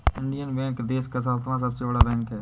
Indian bank देश का सातवां सबसे बड़ा बैंक है